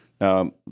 Now